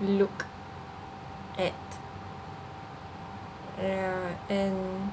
looked at ya and